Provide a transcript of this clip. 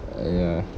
ya